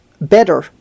better